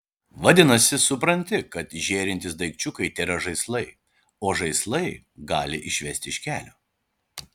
vadinasi supranti kad žėrintys daikčiukai tėra žaislai o žaislai gali išvesti iš kelio